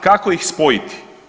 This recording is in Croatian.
Kako ih spojiti?